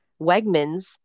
Wegmans